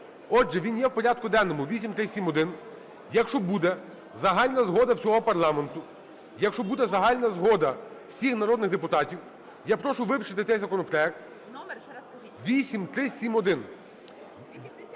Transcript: Отже, він є в порядку денному, 8371. Якщо буде загальна згода всього парламенту, якщо буде загальна згода всіх народних депутатів, я прошу вивчити цей законопроект. 8371,